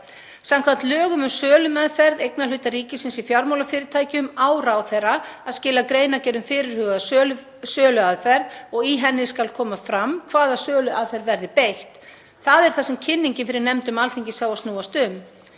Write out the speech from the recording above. Samkvæmt lögum um sölumeðferð eignarhluta ríkisins í fjármálafyrirtækjum á ráðherra að skila greinargerð um fyrirhugaða söluaðferð og í henni skal koma fram hvaða söluaðferð verði beitt. Það er það sem kynningin fyrir nefndum Alþingis á að snúast um.